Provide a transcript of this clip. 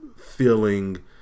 feeling